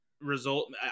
result